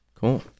Cool